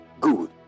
Good